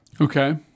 Okay